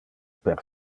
per